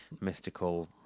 mystical